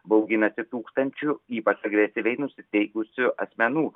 bauginasi tūkstančių ypač agresyviai nusiteikusių asmenų